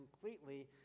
completely